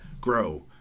grow